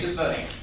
voting.